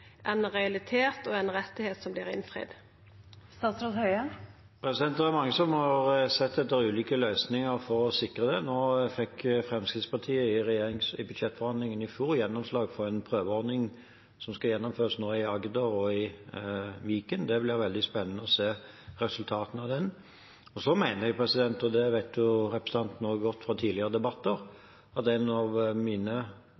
realitet og ein rett som vert innfridd? Det er mange som har sett etter ulike løsninger for å sikre det. Nå fikk Fremskrittspartiet i budsjettforhandlingene i fjor gjennomslag for en prøveordning som skal gjennomføres nå i Agder og i Viken. Det blir veldig spennende å se resultatene av den.